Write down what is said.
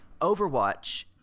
overwatch